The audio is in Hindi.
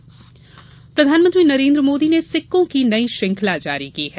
नये सिक्के प्रधानमंत्री नरेन्द्र मोदी ने सिक्कों की नई श्रृंखला जारी की है